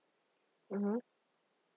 mmhmm